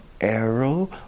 arrow